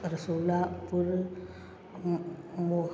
रसूलापुर मु मु